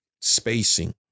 spacing